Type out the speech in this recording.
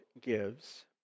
gives